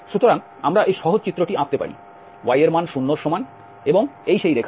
সুতরাং আমরা এই সহজ চিত্রটি আঁকতে পারি y এর মান 0 এর সমান এবং এই সেই রেখাটি